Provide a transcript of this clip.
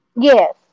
Yes